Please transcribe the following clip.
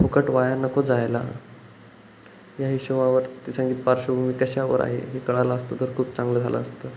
फुकट वाया नको जायला या हिशोबावर ते संगीत पार्श्वभूमी कशावर आहे हे कळलं असतं तर खूप चांगलं झालं असतं